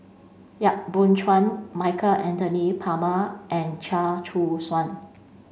Yap Boon Chuan Michael Anthony Palmer and Chia Choo Suan